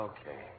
Okay